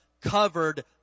covered